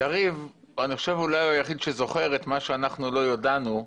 יריב הוא אולי היחיד שזוכר את מה שאנחנו לא ידענו.